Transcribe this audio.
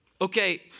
Okay